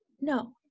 no